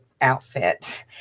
outfit